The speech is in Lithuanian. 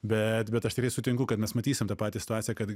bet bet aš sutinku kad mes matysim tą patį situaciją kad